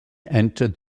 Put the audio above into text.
entered